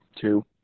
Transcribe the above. two